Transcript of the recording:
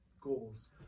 goals